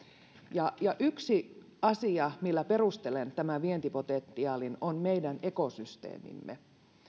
ja ja yksi asia millä perustelen tämän vientipotentiaalimme on meidän ekosysteemimme